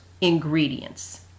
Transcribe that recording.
ingredients